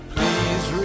Please